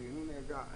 ריענון נהיגה,